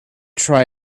try